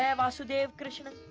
yeah vasudev krishna